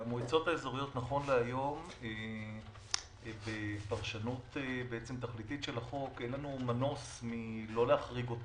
נכון להיום בפרשנות תכליתית של החוק אין לנו מנוס מלא להחריג את